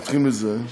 נתחיל מזה,